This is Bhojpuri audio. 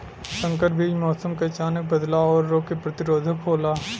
संकर बीज मौसम क अचानक बदलाव और रोग के प्रतिरोधक होला